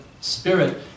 spirit